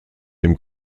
dem